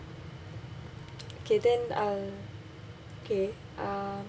okay then uh okay uh